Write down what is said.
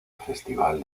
festival